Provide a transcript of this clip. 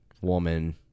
woman